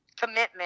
commitment